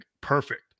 perfect